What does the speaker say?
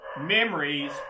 memories